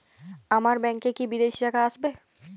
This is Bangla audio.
আমার ব্যংকে কি বিদেশি টাকা আসবে?